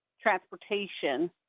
transportation